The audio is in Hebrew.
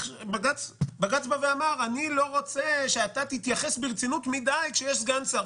בג"ץ אמר: אני לא רוצה שתתייחס ברצינות רבה מדי כשיש סגן שר.